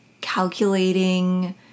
calculating